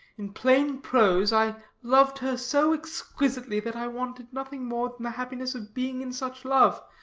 in plain prose, i loved her so exquisitely that i wanted nothing more than the happiness of being in such love.